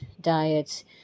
diets